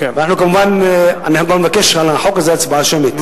אנחנו גם נבקש על החוק הזה הצבעה שמית.